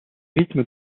rythmes